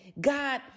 God